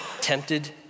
tempted